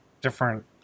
different